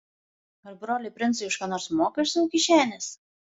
ar broliai princai už ką nors moka iš savo kišenės